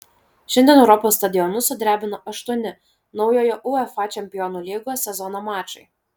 šiandien europos stadionus sudrebino aštuoni naujojo uefa čempionų lygos sezono mačai